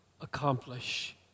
accomplish